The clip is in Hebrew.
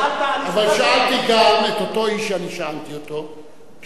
אבל שאלתי גם את אותו איש שאני שאלתי אותו כשהוא דיבר,